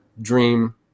dream